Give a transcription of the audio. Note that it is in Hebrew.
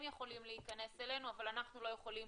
יכולים להיכנס אלינו אבל אנחנו לא יכולים